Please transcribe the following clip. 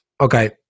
Okay